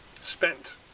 spent